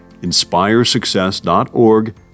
inspiresuccess.org